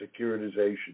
securitization